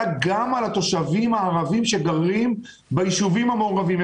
גם על התושבים הערבים שגרים ביישובים המעורבים.